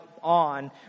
on